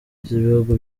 z’ibihugu